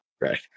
Right